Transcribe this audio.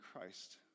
Christ